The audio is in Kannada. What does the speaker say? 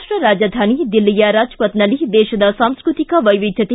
ರಾಷ್ಲ ರಾಜಧಾನಿ ದಿಲ್ಲಿಯ ರಾಜ್ಪಥ್ನಲ್ಲಿ ದೇಶದ ಸಾಂಸ್ಟತಿಕ ವೈವಿಧ್ಯತೆ